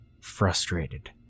frustrated